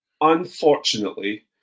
Unfortunately